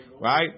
Right